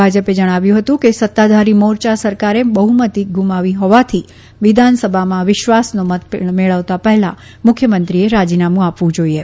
ભાજપે જણાવ્યું હતું કે સત્તાધારી મોરચા સરકારે બહુમતિ ગુમાવી હોવાથી વિધાનસભામાં વિશ્વાસનો મત મેળવતા પહેલા મુખ્યમંત્રીએ રાજીનામું આપવું જાઈએ